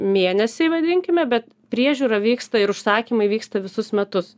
mėnesiai vadinkime bet priežiūra vyksta ir užsakymai vyksta visus metus